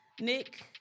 Nick